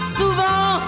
souvent